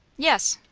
yes.